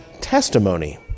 testimony